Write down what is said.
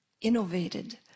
innovated